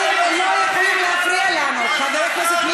את לא אמורה לקרוא בשמות